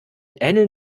ähneln